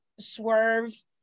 swerve